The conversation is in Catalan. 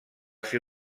ser